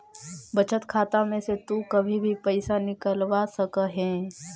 बचत खाता में से तु कभी भी पइसा निकलवा सकऽ हे